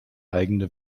eigene